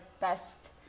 best